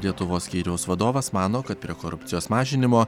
lietuvos skyriaus vadovas mano kad prie korupcijos mažinimo